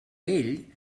ell